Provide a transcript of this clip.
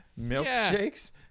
milkshakes